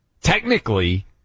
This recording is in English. Technically